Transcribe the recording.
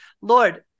Lord